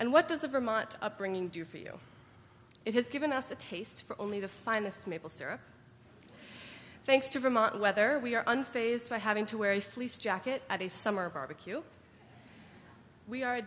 and what does the vermont upbringing do for you it has given us a taste for only the finest maple syrup thanks to vermont weather we are unfazed by having to wear a fleece jacket at a summer barbecue we are